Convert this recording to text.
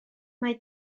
mae